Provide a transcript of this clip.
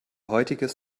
heutiges